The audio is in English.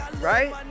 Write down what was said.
Right